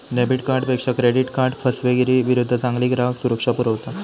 debit कार्डपेक्षा credit card फसवेगिरीविरुद्ध चांगली ग्राहक सुरक्षा पुरवता